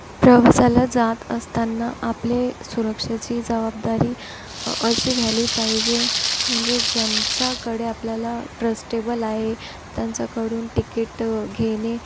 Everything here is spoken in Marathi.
प्रवासाला जात असताना आपले सुरक्षेची जबाबदारी अशी घ्यायला पाहिजे म्हणजे ज्यांच्याकडे आपल्याला ट्रस्टेबल आहे त्यांच्याकडून तिकिटं घेणे